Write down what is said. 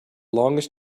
longest